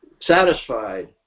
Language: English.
satisfied